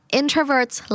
introverts